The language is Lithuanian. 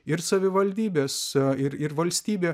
ir savivaldybės ir ir valstybė